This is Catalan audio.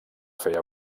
feia